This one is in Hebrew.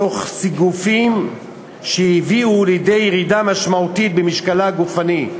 תוך סיגופים שהביאו לידי ירידה משמעותית במשקלה הגופני.